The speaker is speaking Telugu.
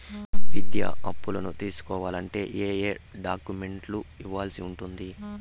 విద్యా అప్పును తీసుకోవాలంటే ఏ ఏ డాక్యుమెంట్లు ఇవ్వాల్సి ఉంటుంది